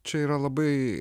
čia yra labai